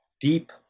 deep